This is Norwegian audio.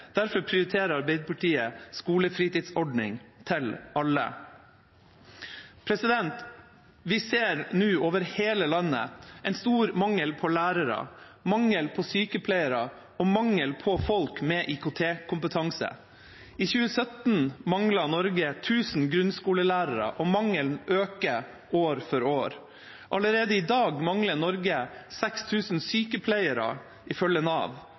Derfor prioriterer Arbeiderpartiet skolefritidsordning til alle. Vi ser nå over hele landet en stor mangel på lærere, mangel på sykepleiere og mangel på folk med IKT-kompetanse. I 2017 manglet Norge 1 000 grunnskolelærere, og mangelen øker år for år. Allerede i dag mangler Norge 6 000 sykepleiere, ifølge Nav,